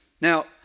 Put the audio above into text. Now